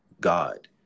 God